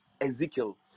ezekiel